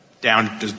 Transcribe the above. down